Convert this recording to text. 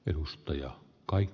edustaja kai